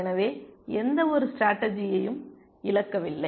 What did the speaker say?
எனவே எந்தவொரு ஸ்டேடர்ஜியையும் இழக்கவில்லை